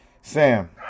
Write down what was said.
Sam